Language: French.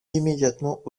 immédiatement